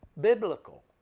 biblical